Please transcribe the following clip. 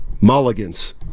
Mulligans